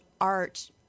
art